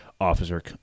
officer